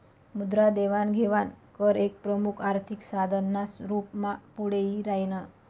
मुद्रा देवाण घेवाण कर एक प्रमुख आर्थिक साधन ना रूप मा पुढे यी राह्यनं